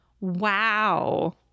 Wow